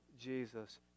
Jesus